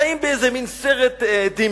חיים באיזה מין סרט דמיוני.